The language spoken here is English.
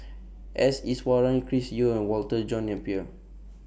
S Iswaran Chris Yeo and Walter John Napier